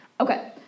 Okay